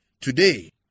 Today